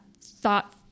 thought